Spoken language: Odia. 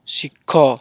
ଶିଖ